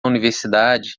universidade